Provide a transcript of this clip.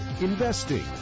investing